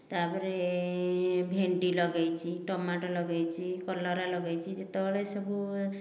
ତା ପରେ ଭେଣ୍ଡି ଲଗାଇଛି ଟମାଟୋ ଲଗାଇଛି କଲରା ଲଗାଇଛି ଯେତେବେଳେ ସବୁ